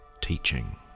teaching